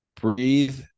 breathe